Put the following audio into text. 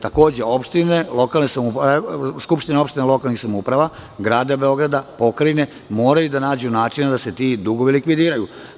Takođe, opštine, skupštine opštine lokalnih samouprava, grada Beograda, pokrajine, moraju da nađu načina da se ti dugovi likvidiraju.